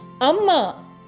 Amma